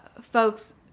folks